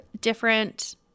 different